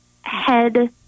head